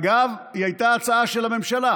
אגב, היא הייתה הצעה של הממשלה,